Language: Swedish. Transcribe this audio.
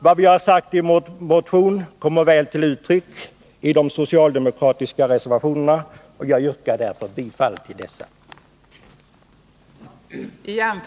Vad vi har sagt i vår motion kommer väl till uttryck i de Nr 53 socialdemokratiska reservationerna, och jag yrkar därför bifall till dessa. Onsdagen den